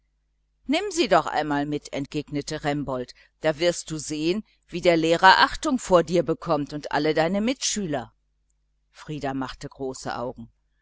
nimm sie doch einmal mit entgegnete remboldt da wirst du sehen wie der lehrer respekt vor dir bekommt und alle deine mitschüler frieder machte große augen